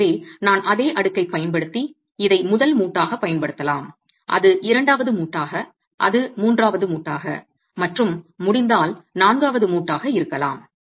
எனவே நான் அதே அடுக்கைப் பயன்படுத்தி இதை முதல் மூட்டாகப் பயன்படுத்தலாம் அது இரண்டாவது மூட்டாக அது மூன்றாவது மூட்டாக மற்றும் முடிந்தால் 4 மூட்டாக இருக்கலாம்